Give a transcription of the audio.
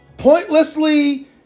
Pointlessly